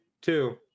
two